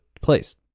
place